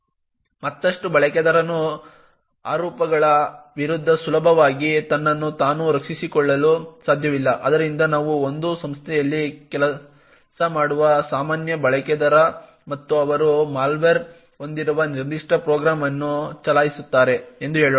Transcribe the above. ಮತ್ತಷ್ಟು ಬಳಕೆದಾರನು ಆರೋಪಗಳ ವಿರುದ್ಧ ಸುಲಭವಾಗಿ ತನ್ನನ್ನು ತಾನು ರಕ್ಷಿಸಿಕೊಳ್ಳಲು ಸಾಧ್ಯವಿಲ್ಲ ಆದ್ದರಿಂದ ನಾವು ಒಂದು ಸಂಸ್ಥೆಯಲ್ಲಿ ಕೆಲಸ ಮಾಡುವ ಸಾಮಾನ್ಯ ಬಳಕೆದಾರ ಮತ್ತು ಅವರು ಮಾಲ್ವೇರ್ ಹೊಂದಿರುವ ನಿರ್ದಿಷ್ಟ ಪ್ರೋಗ್ರಾಂ ಅನ್ನು ಚಲಾಯಿಸುತ್ತಾರೆ ಎಂದು ಹೇಳೋಣ